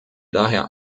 daher